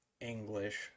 English